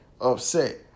upset